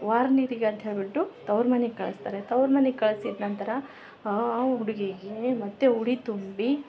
ವಾರ್ನಿರೀಗ ಅಂತೇಳಿ ಬಿಟ್ಟು ತವ್ರ ಮನೆಗ ಕಳ್ಸ್ತಾರೆ ತವ್ರ ಮನೆಗ ಕಳ್ಸಿದ ನಂತರ ಆ ಹುಡುಗಿಗೆ ಮತ್ತೆ ಮುಡಿ ತುಂಬಿ